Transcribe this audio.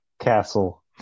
Castle